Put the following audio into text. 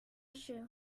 shoe